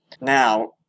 Now